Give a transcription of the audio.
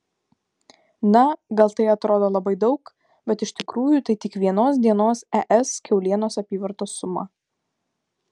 na gal tai atrodo labai daug bet iš tikrųjų tai tik vienos dienos es kiaulienos apyvartos suma